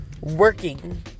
working